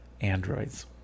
androids